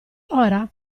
ora